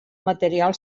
material